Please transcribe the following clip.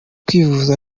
kwivuza